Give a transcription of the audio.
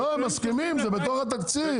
לא, הם מסכימים, זה בתוך התקציב.